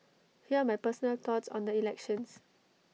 here are my personal thoughts on the elections